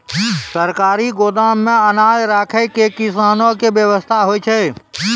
सरकारी गोदाम मे अनाज राखै के कैसनौ वयवस्था होय छै?